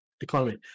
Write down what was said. economy